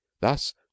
thus